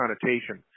connotation